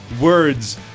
words